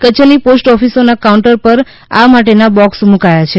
કચ્છની પોસ્ટ ઓફિસોના કાઉન્ટર પર આ માટેના બોક્સ મુકાયા છે